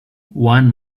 one